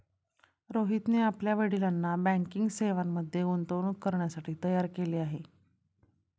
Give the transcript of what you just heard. रोहितने आपल्या वडिलांना बँकिंग सेवांमध्ये गुंतवणूक करण्यासाठी तयार केले आहे